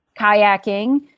kayaking